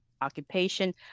occupation